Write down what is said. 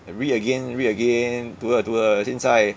I read again read again 读了读了现在